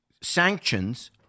sanctions